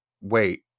Wait